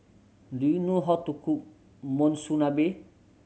do you know how to cook Monsunabe